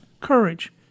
courage